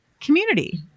community